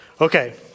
Okay